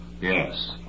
Yes